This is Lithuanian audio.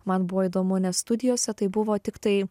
man buvo įdomu nes studijose tai buvo tiktai